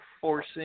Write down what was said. forcing